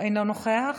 אינו נוכח,